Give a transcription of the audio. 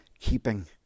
keeping